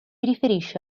riferisce